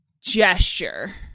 gesture